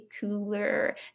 cooler